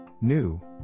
New